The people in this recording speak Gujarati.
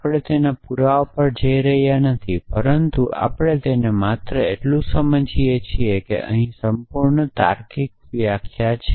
આપણે તેના પુરાવા પર જઇ રહ્યા નથી પરંતુ આપણે તેને માત્ર એટલું સમજીએ છીએ કે અહીં સંપૂર્ણ તાર્કિક વ્યાખ્યા છે